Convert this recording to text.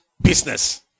business